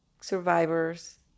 survivors